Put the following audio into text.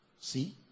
See